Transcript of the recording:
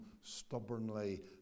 stubbornly